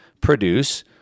produce